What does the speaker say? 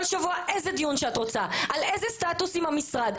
שבוע איזה דיון שאת רוצה על איזה סטטוס של המשרד.